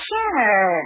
Sure